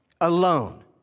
alone